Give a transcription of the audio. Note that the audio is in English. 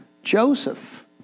Joseph